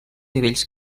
nivells